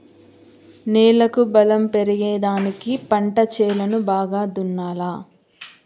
నేలకు బలం పెరిగేదానికి పంట చేలను బాగా దున్నాలా